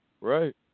Right